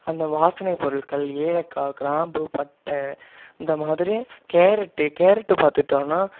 அந்த வாசனை பொருட்கள் ஏலக்காய் கிராம்பு பட்டை இந்த மாதிரி கேரட்டு கேரட்டு பார்த்துட்டோன்னா